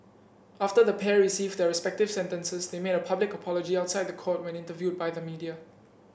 after the pair received their respective sentences they made a public apology outside the court when interviewed by the media